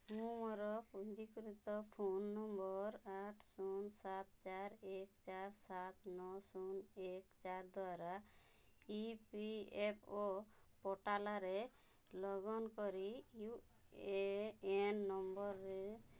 ମୁଁ ମୋର ପୁଞ୍ଜିକୃତ ଫୋନ୍ ନମ୍ବର୍ ଆଠ ଶୂନ ସାତ ଚାରି ଏକ ଚାରି ସାତ ନଅ ଶୂନ ଏକ ଚାରି ଦ୍ୱାରା ଇ ପି ଏଫ୍ ଓ ପୋଟାର୍ଲରେ ଲଗଅନ୍ କରି ୟୁ ଏ ଏନ୍ ନମ୍ବର୍ରେ